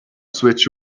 switch